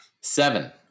Seven